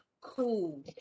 cool